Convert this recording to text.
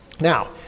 now